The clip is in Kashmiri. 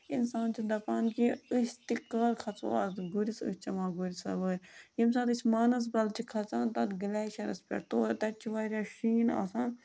اِنسان چھِ دَپان کہِ أسۍ تہِ کَر کھَسو اَتھ گُرِس أسۍ چٮ۪مہٕ ہاو گُرۍ سَوٲرۍ ییٚمہِ ساتہٕ أسۍ مانَسبَل چھِ کھسان تَتھ گٕلیشرَس پٮ۪ٹھ تور تَتہِ چھِ واریاہ شیٖن آسان